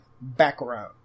background